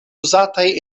uzataj